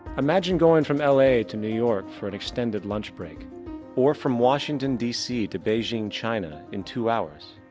imagine going from l a to new york for an extended lunchbreak or from washington d c. to beijing, china, in two hours.